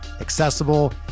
accessible